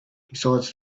besides